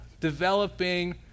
developing